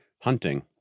hunting